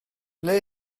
ble